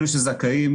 אלה שזכאים,